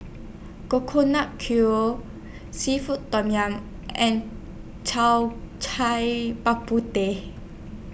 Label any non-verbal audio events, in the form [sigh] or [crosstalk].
Coconut Kuih Seafood Tom Yum and [unintelligible] Cai Bak [unintelligible] Teh